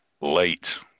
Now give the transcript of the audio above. Late